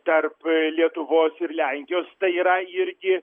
tarp lietuvos ir lenkijos tai yra irgi